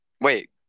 wait